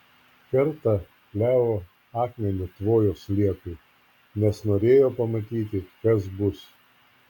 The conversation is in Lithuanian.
kartą leo akmeniu tvojo sliekui nes norėjo pamatyti kas bus